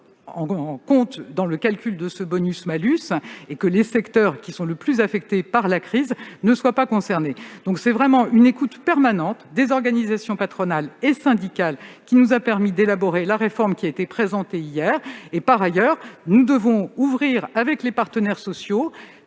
en compte dans le calcul de ce bonus-malus et que les secteurs les plus affectés par la crise ne soient pas concernés. C'est cette écoute permanente des organisations patronales et syndicales qui nous a permis d'élaborer la réforme présentée hier. Par ailleurs, nous devons ouvrir, avec les partenaires sociaux,